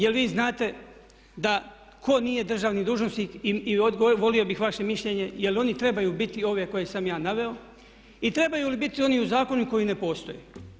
Jel' vi znate da tko nije državni dužnosnik i volio bih vaše mišljenje jel' oni trebaju biti ove koje sam ja naveo i trebaju li biti oni u zakonu koji ne postoje.